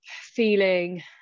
feeling